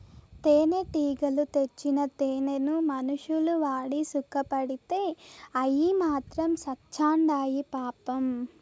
తేనెటీగలు తెచ్చిన తేనెను మనుషులు వాడి సుకపడితే అయ్యి మాత్రం సత్చాండాయి పాపం